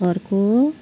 अर्को